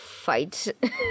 fight